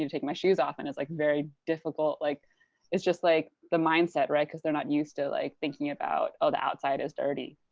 take my shoes off? and it's like very difficult. like it's just like the mindset, right, because they're not used to like thinking about, oh, the outside is dirty.